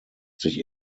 sich